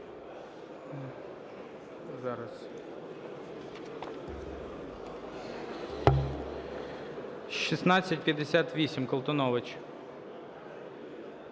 1658, Колтунович.